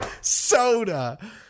Soda